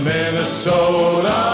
Minnesota